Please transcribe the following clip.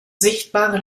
sichtbare